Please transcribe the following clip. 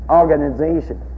organization